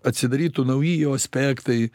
atsidarytų nauji jo aspektai